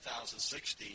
2016